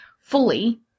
fully